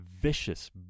vicious